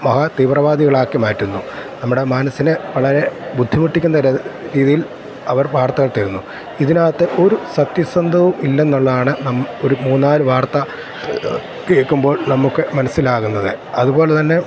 മഹാതീവ്രവാദികളാക്കി മാറ്റുന്നു നമ്മുടെ മനസ്സിനെ വളരെ ബുദ്ധിമുട്ടിക്കുന്ന രീതിയിൽ അവർ വാർത്തകൾ തരുന്നു ഇതിനകത്ത് ഒരു സത്യസന്ധവും ഇല്ല എന്നുള്ളതാണ് നാം ഒരു മൂന്ന് നാല് വാർത്ത കേൾക്കുമ്പോൾ നമുക്ക് മനസ്സിലാകുന്നത് അതുപോലെ തന്നെ